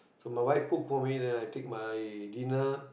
so my wife cook for me then I take my dinner